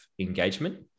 engagement